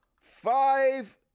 five